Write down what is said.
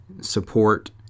support